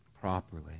properly